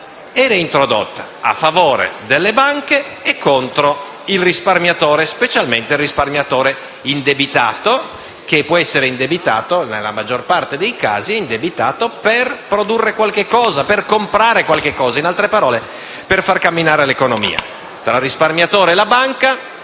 reintrodotta a favore delle banche e contro il risparmiatore, specialmente il risparmiatore indebitato che può essere indebitato, nella maggiore parte dei casi, per produrre qualcosa, per comprare qualcosa; in altre parole, per far camminare l'economia.